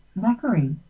Zachary